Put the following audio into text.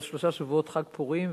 בעוד שלושה שבועות חג פורים,